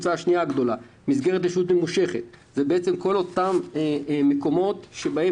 "מסגרת לשהות ממושכת" זה אותם מקומות שבהם